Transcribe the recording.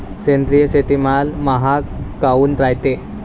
सेंद्रिय शेतीमाल महाग काऊन रायते?